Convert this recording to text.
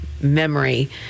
memory